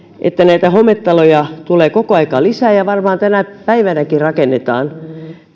että näitä hometaloja tulee koko ajan lisää ja varmaan tänä päivänäkin rakennetaan